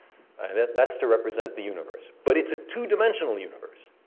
and yeah that's to represent the universe, but it's a two-dimensional universe,